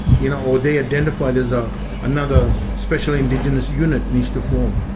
you know, or they identify there's ah another special indigenous unit needs to form.